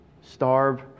starve